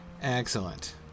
Excellent